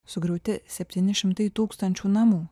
sugriauti septyni šimtai tūkstančių namų